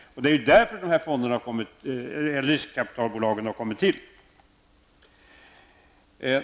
Det är av den anledningen dessa riskkapitalbolag har kommit till.